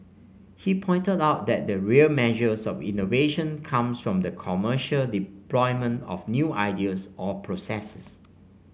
he pointed out that the real measures of innovations comes from the commercial deployment of new ideas or processes